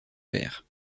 père